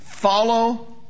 Follow